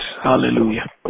Hallelujah